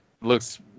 Looks